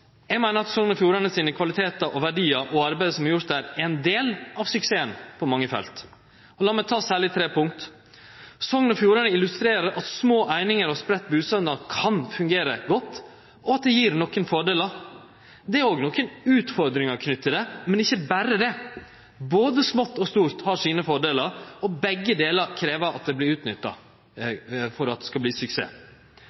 Eg meiner at det er Sogn og Fjordanes kvalitetar og verdiar og arbeid som har gjort ein del av suksessen på mange felt. Lat meg ta særleg tre punkt. Punkt 1: Sogn og Fjordane illustrerer at små einingar og spreidd busetnad kan fungere godt, og at det gjev nokre fordelar. Det er òg nokre utfordringar knytte til det, men ikkje berre det. Både smått og stort har sine fordelar, og begge delar krev at det vert utnytta